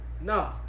No